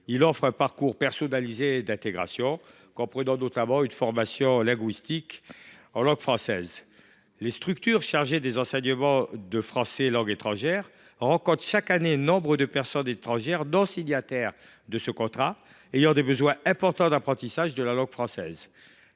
offre un parcours personnalisé d’intégration comprenant notamment une formation linguistique en langue française. Les structures chargées des enseignements de français langue étrangère (FLE) rencontrent chaque année nombre de personnes étrangères qui, bien que non signataires dudit contrat, ont grand besoin d’apprendre la langue française.